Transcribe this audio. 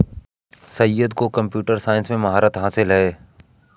सैयद को computer science में महारत हासिल है